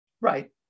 right